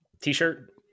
t-shirt